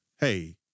hey